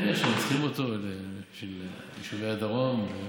היינו צריכים אותו בשביל יישובי הדרום.